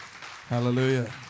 Hallelujah